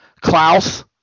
Klaus